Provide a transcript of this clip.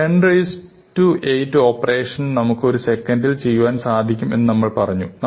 10 8 operation നമുക്ക് ഒരു സെക്കൻഡിൽ ചെയ്യുവാൻ സാധിക്കും എന്ന് നമ്മൾ പറഞ്ഞു